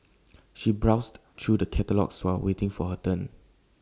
she browsed through the catalogues while waiting for her turn